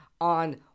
on